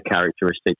characteristics